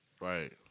Right